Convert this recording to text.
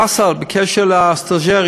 באסל, בקשר לסטאז'רים.